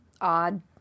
odd